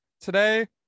Today